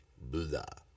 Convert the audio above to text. Buddha